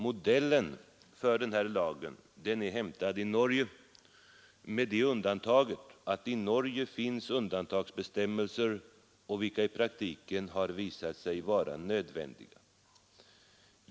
Modellen för den här lagen är hämtad från Norge, dock med den skillnaden att i Norge finns undantagsbestämmelser vilka i praktiken har visat sig vara nödvändiga.